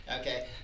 Okay